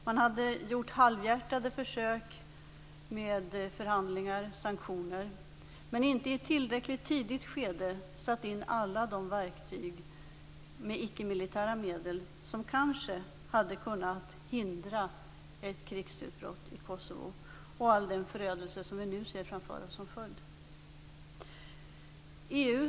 Man hade gjort halvhjärtade försök med förhandlingar, sanktioner, men inte i ett tillräckligt tidigt skede satt in alla de icke-militära medel som kanske hade kunnat hindra ett krigsutbrott i Kosovo och all den förödelse som vi nu ser framför oss som följd av detta.